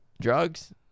Drugs